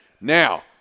Now